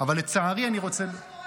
זה מה שקורה.